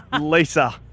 Lisa